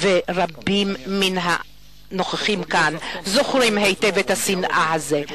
ורבים מן הנוכחים כאן זוכרים היטב את השנאה הזאת.